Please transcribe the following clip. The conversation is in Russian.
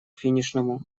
финишному